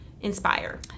Inspire